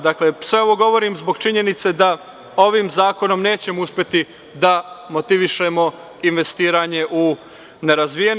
Dakle, sve ovo govorim zbog činjenice da ovim zakonom nećemo uspeti da motivišemo investiranje u nerazvijene.